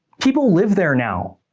people live there now.